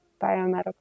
biomedical